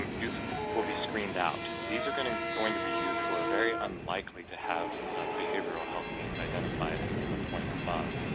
um youth will be screened out. these are going to going to be youth who are very unlikely to have the behavioral health needs identified in and the point above.